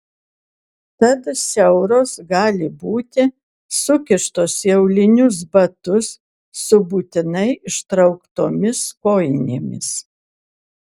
tad siauros gali būti sukištos į aulinius batus su būtinai ištrauktomis kojinėmis